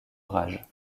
rage